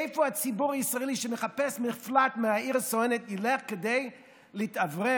איפה הציבור הישראלי שמחפש מפלט מהעיר הסואנת ילך כדי להתאוורר?